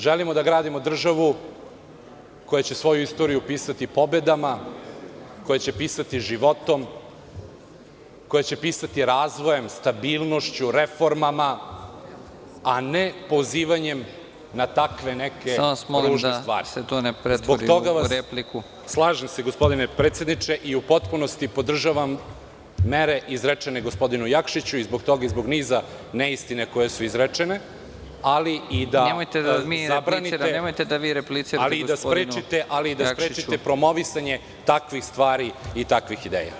Želimo da gradimo državu koja će svoju istoriju pisati pobedama, koja će pisati životom, koja će pisati razvojem, stabilnošću, reformama, a ne pozivanjem na takve neke ružne stvari [[Predsednik: Samo vas molim da se to ne pretvori u repliku.]] Slažem se gospodine predsedniče, i u potpunosti podržavam mere izrečene gospodinu Jakšiću zbog toga i zbog niza neistina koje su izrečene, ali i da… (Predsednik: Nemojte da vi replicirate gospodinu Jakšiću.) … sprečite promovisanje takvih stvari i takvih ideja.